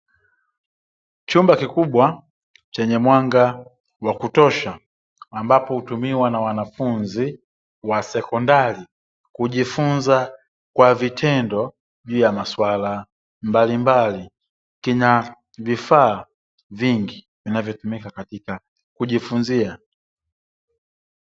Chumba kikubwa chenye mwanga wa kutosha ambapo hutumiwa na wanafunzi wa sekondari kujifunza kwa vitendo, juu ya maswala mbalimbali kina vifaa vingi vinavyotumika katika kujifunzia.